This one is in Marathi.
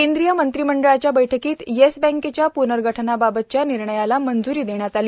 केंद्रीय मंत्रीमंडळाच्या बैठकीत येस बँकेच्या प्नर्गठनाबाबतच्या निर्णयाला मंजुरी देण्यात आली